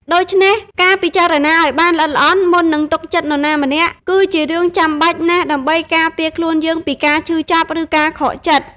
ដូច្នេះ ការពិចារណាឲ្យបានល្អិតល្អន់ មុននឹងទុកចិត្តនរណាម្នាក់ គឺជារឿងចាំបាច់ណាស់ដើម្បីការពារខ្លួនយើងពីការឈឺចាប់ ឬការខកចិត្ត។